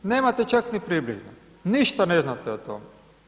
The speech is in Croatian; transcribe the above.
Nemate čak ni približno, ništa ne znate o tome.